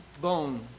bone